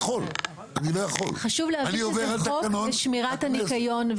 חשוב להבין שזה חוק לשמירת הניקיון,